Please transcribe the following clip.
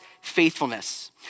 faithfulness